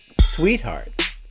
sweetheart